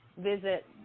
visit